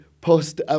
post